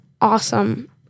awesome—